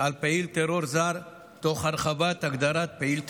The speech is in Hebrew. על פעיל טרור זר, תוך הרחבת הגדרת פעיל טרור.